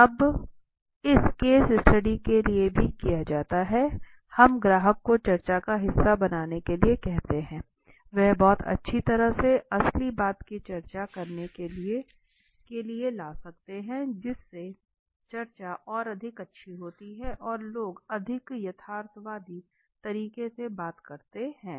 यह अब इस केस स्टडी के लिए भी किया जाता है हम ग्राहक को चर्चा का हिस्सा बनने के लिए कहते हैं वह बहुत अच्छी तरह से असली बात को चर्चा करने के लिए ला सकते हैं जिससे चर्चा और अधिक अच्छी होती हैं और लोगों अधिक यथार्थवादी तरीके बातें करते हैं